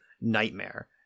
nightmare